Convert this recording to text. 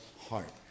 heart